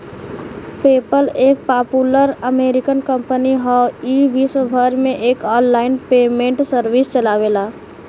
PayPal एक popular American company हौ ई विश्वभर में एक आनलाइन पेमेंट सर्विस चलावेला